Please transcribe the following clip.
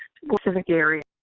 specific areas.